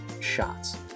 shots